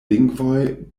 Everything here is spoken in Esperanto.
lingvoj